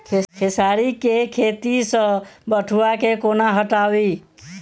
खेसारी केँ खेत सऽ बथुआ केँ कोना हटाबी